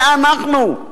זה אנחנו,